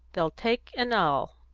they'll take an ell.